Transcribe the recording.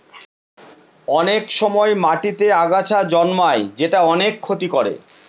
অনেক সময় মাটিতেতে আগাছা জন্মায় যেটা অনেক ক্ষতি করে